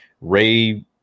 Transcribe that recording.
ray